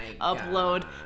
upload